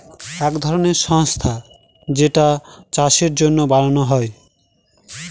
এক ধরনের সংস্থা যেইটা চাষের জন্য বানানো হয়